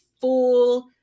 full